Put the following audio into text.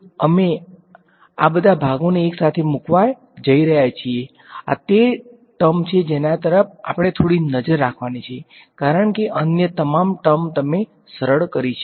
તેથી હવે અમે આ બધા ભાગોને એકસાથે મૂકવા જઈ રહ્યા છીએ આ તે ટર્મ છે જેના તરફ આપણે થોડી નજર રાખવાની છે કારણ કે અન્ય તમામ ટર્મ તમે સરળ કરી છે